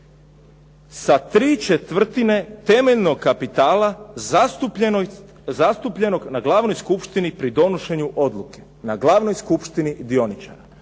sa burze sa ¾ temeljnog kapitala zastupljenog na glavnoj skupštini pri donošenju odluke na glavnoj skupštini dioničara.